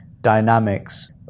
dynamics